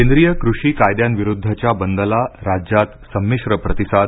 केंद्रीय कृषी कायद्यांविरुद्धच्या बंदला राज्यात संमिश्र प्रतिसाद